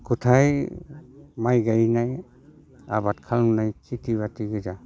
गथाय माइ गायनाय आबाद खालामनाय खिथि बाथि गोजा